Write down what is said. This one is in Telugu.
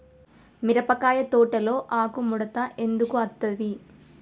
మిరపకాయ తోటలో ఆకు ముడత ఎందుకు అత్తది?